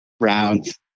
rounds